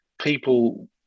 People